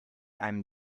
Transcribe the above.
einem